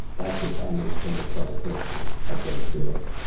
that's the primary stimulus for hypertrophy, according to him.